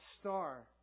star